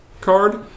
card